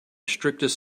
strictest